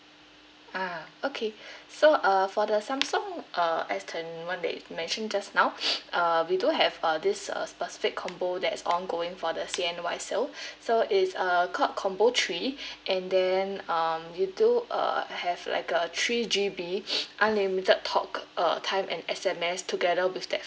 ah okay so err for the samsung uh S twenty one that you mentioned just now uh we do have uh this uh specific combo that's ongoing for the C_N_Y sale so it's uh called combo three and then um you do uh have like a three G_B unlimited talk uh time and S_M_S together with that